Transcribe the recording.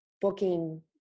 booking